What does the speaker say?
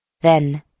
Then